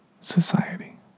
society